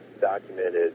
documented